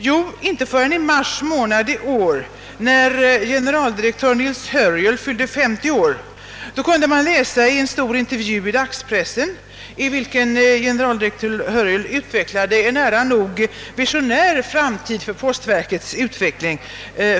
Jo, i mars månad i år, när generaldirektör Nils Hörjel fyllde 50 år, kunde man i tidningen Arbetet läsa en stor intervju, i vilken generaldirektör Hörjel gav en nära nog visionär framtidsbild av postverkets utveckling.